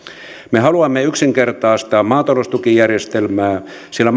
me haluamme yksinkertaistaa maataloustukijärjestelmää sillä